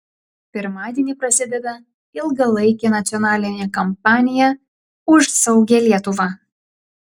pirmadienį prasideda ilgalaikė nacionalinė kampanija už saugią lietuvą